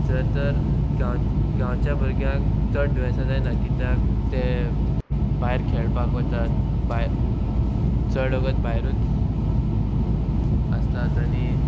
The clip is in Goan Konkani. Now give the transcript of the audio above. तर गांव गांवच्या भुरग्यांक चड दुयेंसां जायना कित्याक ते भायर खेळपाक वतात चड वगत भायरूच आसतात आनी